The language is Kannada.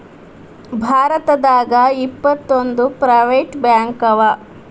ಭಾರತದಾಗ ಇಪ್ಪತ್ತೊಂದು ಪ್ರೈವೆಟ್ ಬ್ಯಾಂಕವ